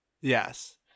Yes